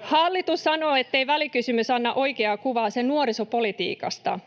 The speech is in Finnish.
Hallitus sanoo, ettei välikysymys anna oikeaa kuvaa sen nuorisopolitiikasta.